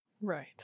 Right